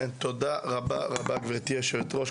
תודה רבה גברתי יושבת הראש.